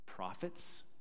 prophets